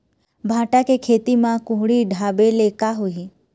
भांटा के खेती म कुहड़ी ढाबे ले का होही?